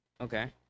Okay